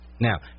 Now